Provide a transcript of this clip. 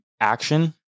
Action